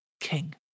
king